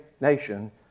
nation